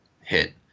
hit